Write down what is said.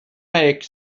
make